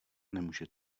nemůže